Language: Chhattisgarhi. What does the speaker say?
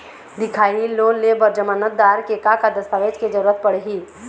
दिखाही लोन ले बर जमानतदार के का का दस्तावेज के जरूरत पड़ही?